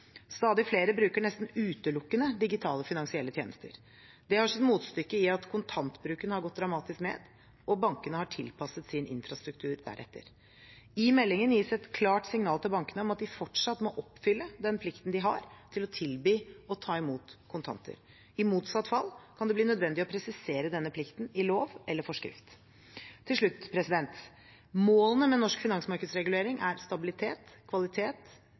Stadig flere bruker nesten utelukkende digitale finansielle tjenester. Det har sitt motstykke i at kontantbruken har gått dramatisk ned, og bankene har tilpasset sin infrastruktur deretter. I meldingen gis et klart signal til bankene om at de fortsatt må oppfylle plikten de har til å tilby og ta imot kontanter. I motsatt fall kan det bli nødvendig å presisere denne plikten i lov eller forskrift. Til slutt: Målene med norsk finansmarkedsregulering er stabilitet, kvalitet